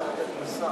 נתקבל.